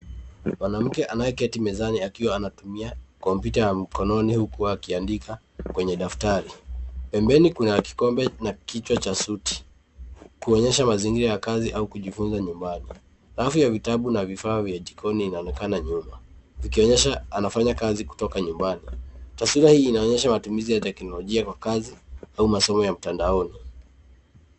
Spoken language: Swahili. Mwanamke anyeketi mezani akiwa anatumia kompyuta ya mkononi huku akiandika kwenye daftari. Pembeni kuna kikombe na kichwa cha suti kuonyesha mazingira ya kazi au kujifunza nyumbani. Rafu ya vitabu na vifaa vya jikoni inaonekana nyuma ikionyesha anafanya kazi kutoka nyumbani. Taswira hii inaonyesha matumizi ya teknolojia kwa kazi au masomo ya mtandaoni.